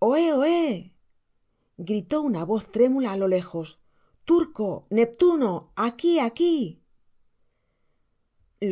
ohé gritó una voz trémula á lo lejos turco ncptu no aqui aqui